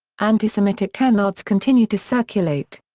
antisemitic canards continue to circulate.